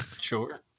Sure